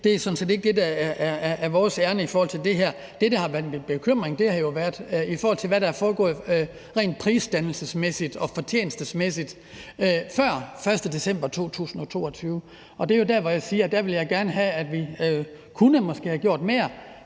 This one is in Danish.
Det er sådan set ikke det, der er vores ærinde i forhold til det her. Det, der har været en bekymring, er, hvad der er foregået rent prisdannelsesmæssigt og fortjenstemæssigt før den 1. december 2022, og det er jo der, hvor jeg siger jeg gerne vil have, at vi måske kunne have gjort mere.